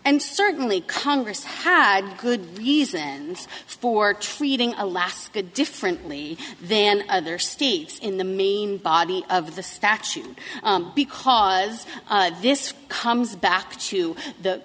and certainly congress had good reasons for treating alaska differently then other states in the main body of the statute because this comes back to the